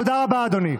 תודה רבה, אדוני.